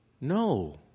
No